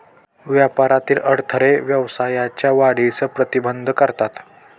व्यापारातील अडथळे व्यवसायाच्या वाढीस प्रतिबंध करतात